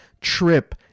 trip